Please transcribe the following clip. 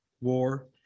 war